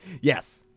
Yes